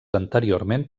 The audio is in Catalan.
anteriorment